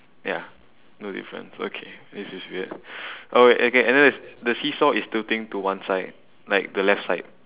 ya no difference okay this is weird oh wait okay and there's the seesaw is tilting to one side like the left side